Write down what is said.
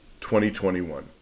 2021